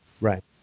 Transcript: Right